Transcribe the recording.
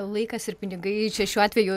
laikas ir pinigai čia šiuo atveju